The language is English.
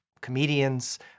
comedians